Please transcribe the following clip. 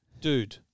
dude